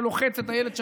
שלוחץ את אילת שקד,